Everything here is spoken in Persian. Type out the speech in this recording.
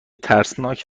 ترسناک